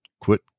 quit